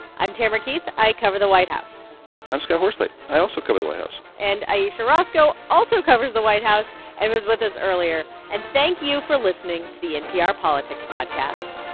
i'm tamara keith. i cover the white house i'm scott horsley. i also cover the white house and ayesha rascoe also covers the white house and was with us earlier. and thank you for listening to the npr politics podcast